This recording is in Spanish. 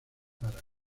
sara